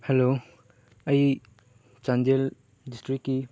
hello ꯑꯩ ꯆꯥꯟꯗꯦꯜ ꯗꯤꯁꯇ꯭ꯔꯤꯛꯀꯤ